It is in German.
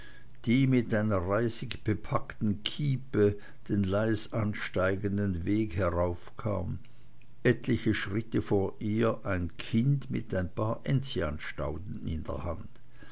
die mit einer mit reisig bepackten kiepe den leis ansteigenden weg heraufkam etliche schritte vor ihr ein kind mit ein paar enzianstauden in der hand